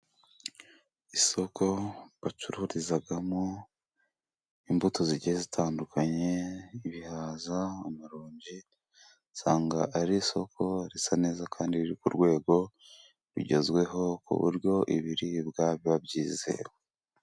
Isoko bacururizamo imbuto zigiye zitandukanye，ibihaza，amaronji，usanga ari isoko risa neza， kandi riri ku rwego rugezweho ku buryo ibiribwa biba byizewe.